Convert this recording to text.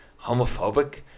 homophobic